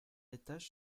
l’étage